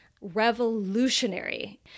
revolutionary